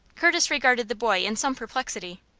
curtis regarded the boy in some perplexity.